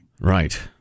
Right